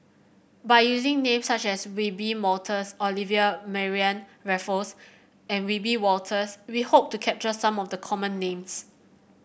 by using names such as Wiebe Wolters Olivia Mariamne Raffles and Wiebe Wolters we hope to capture some of the common names